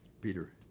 Peter